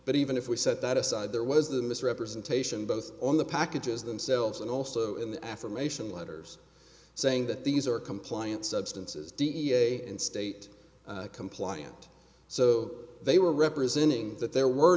but even if we set that aside there was the misrepresentation both on the packages themselves and also in the affirmation letters saying that these are compliant substances da and state compliant so they were representing that there were